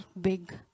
big